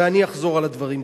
ואני אחזור על הדברים כאן.